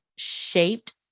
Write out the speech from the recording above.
shaped